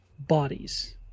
bodies